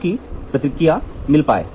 ताकि प्रतिक्रिया मिल पाए